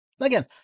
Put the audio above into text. Again